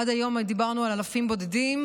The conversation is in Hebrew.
עד היום דיברנו על אלפים בודדים,